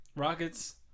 Rockets